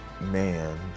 man